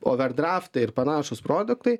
overdraftai ir panašūs produktai